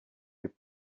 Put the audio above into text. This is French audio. les